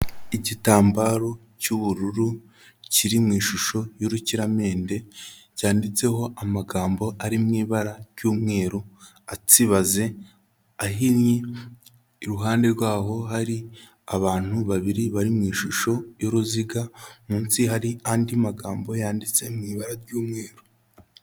Igitambaro cy'ubururu kiri mu ishusho y'urukiramende, cyanditseho amagambo ari mu ibara ry'umweru, atsibaze, ahinnye, iruhande rwaho hari abantu babiri bari mu ishusho y'uruziga, munsi hari andi magambo yanditse mu ibara ry'umweru.